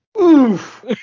Oof